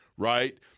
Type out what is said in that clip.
Right